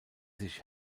sich